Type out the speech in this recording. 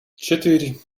четыре